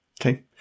Okay